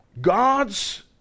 God's